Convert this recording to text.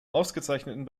ausgezeichneten